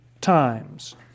times